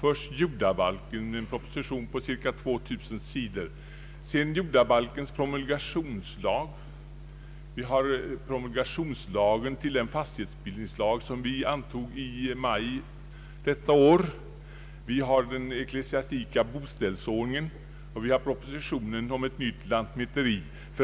först haft att ta ställning till propositionen om jordabalken med cirka 2000 sidor, sedan till jordabalkens promulgationslag, promulgationslagen till den fastighetsbildningslag som antogs av riksdagen i maj i år och förslag till ny ecklesiastik boställsordning. Vidare har utskottet haft att behandla förslaget om ny lantmäteriorganisation.